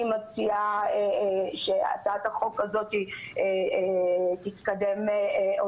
אני מציעה שהצעת החוק הזאת תתקדם או